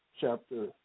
chapter